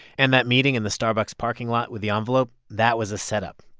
and that meeting in the starbucks parking lot with the envelope that was a setup.